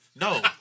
No